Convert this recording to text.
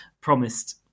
promised